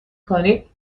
کنید